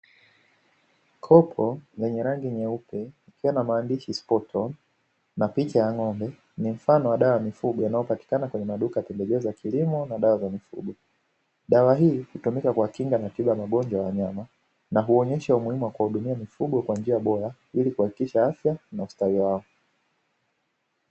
Kopo lenye rangi nyeupe likiwa na maandishi (Spot on) ni mfano wa dawa ya mifugo inayopatikana kwenye maduka ya pembejeo za kilimo na dawa za mifugo. Dawa hii hutumika kwa kinga na tiba na ugonjwa wa wanyama, na huonyesha umuhimu wa kuhudumia mifugo kwa njia bora ili kuhakikisha afya na ustawi wao.